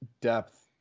depth